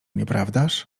nieprawdaż